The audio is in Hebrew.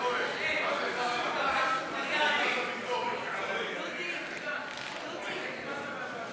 של חבר הכנסת אילן גילאון לסעיף תקציבי 05,